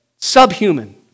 subhuman